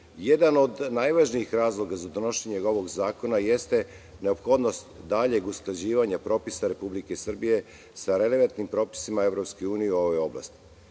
od najvažnijih razloga za donošenje ovog zakona jeste neophodnost daljeg usklađivanja propisa RS sa relevantnim propisima EU u ovoj oblasti.